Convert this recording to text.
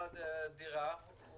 אדם מוכר את דירתו הישנה